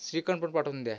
श्रीखंड पण पाठवून द्या